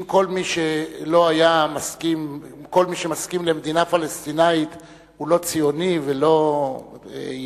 אם כל מי שמסכים למדינה פלסטינית הוא לא ציוני ולא יהודי,